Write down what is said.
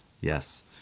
Yes